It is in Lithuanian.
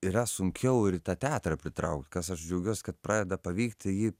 yra sunkiau ir į tą teatrą pritraukt kas aš džiaugiuosi kad pradeda pavykti jį